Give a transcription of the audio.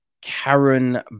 karen